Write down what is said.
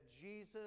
Jesus